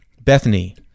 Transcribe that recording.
Bethany